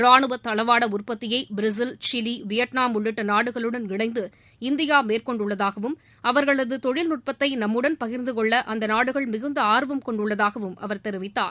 ராணுவ தளவாட உற்பத்தியை பிரேசில் சிலி வியட்நாம் உள்ளிட்ட நாடுகளுடன் இணைந்து இந்தியா மேற்கொண்டுள்ளதாகவும் அவர்களது தொழில்நுட்பத்தை நம்முடன் பகிர்ந்து கொள்ள அந்த நாடுகள் மிகுந்த ஆர்வம் கொண்டுள்ளதாகவும் அவர் தெரிவித்தார்